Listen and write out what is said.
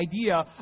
idea